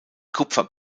kupfer